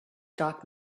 doc